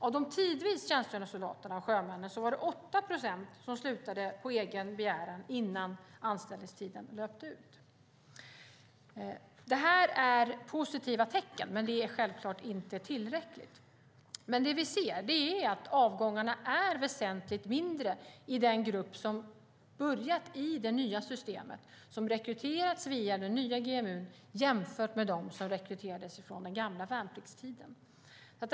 Av de tidvis tjänstgörande soldaterna och sjömännen var det 8 procent som slutade på egen begäran innan anställningstiden hade löpt ut. Det här är positiva tecken. Det är självklart inte tillräckligt, men vi ser att avgångarna är väsentligt färre i den grupp som börjat i det nya systemet och rekryterats via den nya GMU jämfört med dem som rekryterades på den gamla värnpliktens tid.